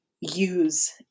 use